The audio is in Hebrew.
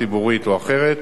ציבורית או אחרת.